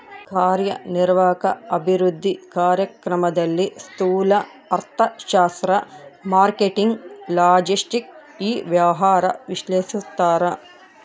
ಕಾರ್ಯನಿರ್ವಾಹಕ ಅಭಿವೃದ್ಧಿ ಕಾರ್ಯಕ್ರಮದಲ್ಲಿ ಸ್ತೂಲ ಅರ್ಥಶಾಸ್ತ್ರ ಮಾರ್ಕೆಟಿಂಗ್ ಲಾಜೆಸ್ಟಿಕ್ ಇ ವ್ಯವಹಾರ ವಿಶ್ಲೇಷಿಸ್ತಾರ